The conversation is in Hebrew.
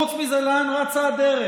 חוץ מזה, לאן רצה הדרך?